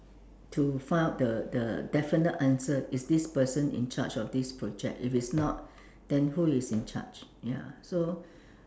to find out the the definite answer if this person in charge of this project if it's not then who is in charge ya so